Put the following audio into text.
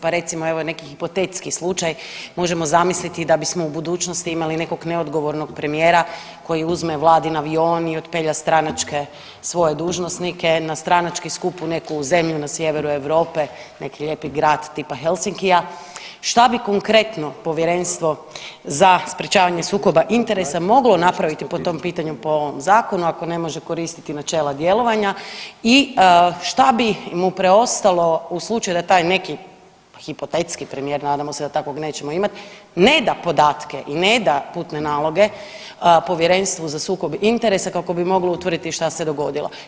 Pa recimo evo i neki hipotetski slučaj možemo zamisliti da bismo u budućnosti imali nekog neodgovornog premijera koji uzme vladin avion i otpelja stranačke svoje dužnosnike na stranački skup u neku zemlju na sjeveru Europe, neki lijepi grad tipa Helsinkija, što bi konkretno Povjerenstvo za sprječavanje sukoba interesa moglo napraviti po tom pitanju po ovom zakonu ako ne može koristiti načela djelovanja i šta bi mu preostalo u slučaju da taj neki hipotetski premijer, nadamo se da takvog nećemo imati, ne da podatke i ne da putne naloge povjerenstvu za sukob interesa kako bi mogli utvrditi šta se dogodilo.